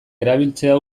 erabiltzea